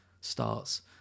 starts